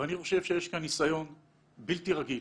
ואני חושב שיש כאן ניסיון בלתי רגיל